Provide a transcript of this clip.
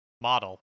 Model